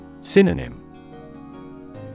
Synonym